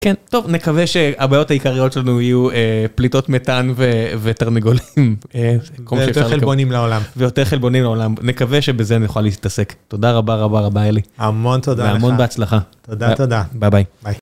כן, טוב, נקווה שהבעיות העיקריות שלנו יהיו פליטות מתאן ותרנגולים. ויותר חלבונים לעולם. ויותר חלבונים לעולם, נקווה שבזה נוכל להתעסק. תודה רבה רבה רבה אלי. המון תודה לך. והמון בהצלחה. תודה תודה, ביי ביי.